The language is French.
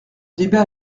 débat